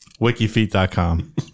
Wikifeet.com